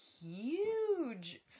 huge